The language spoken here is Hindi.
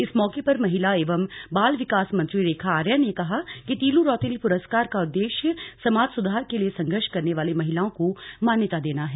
इस मौके पर महिला एवं बाल विकास मंत्री रेखा आर्या ने कहा कि तीलू रौतेली पुरस्कार का उद्देश्य समाज सुधार के लिए संघर्ष करने वाली महिलाओं को मान्यता देना है